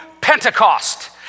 Pentecost